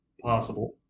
possible